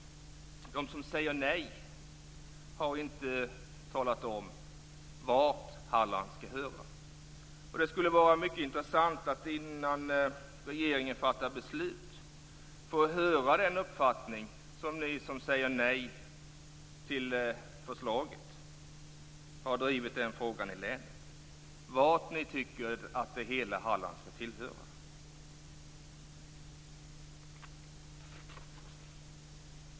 De som säger nej har inte talat om vart Halland skall höra. Det skulle vara mycket intressant att innan regeringen fattar beslut få höra vilken uppfattning ni som säger nej till förslaget har drivit i frågan i länet, och vart ni tycker att hela Halland skall tillhöra.